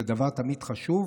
וזה תמיד דבר חשוב.